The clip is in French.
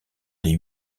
des